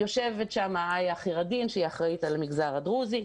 יושבת שם איה חיראלדין שהיא אחראית על המגזר הדרוזי.